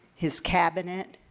his cabinet,